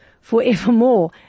forevermore